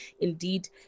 Indeed